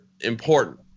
important